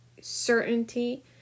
certainty